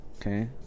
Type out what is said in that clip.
Okay